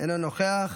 איננו נוכח,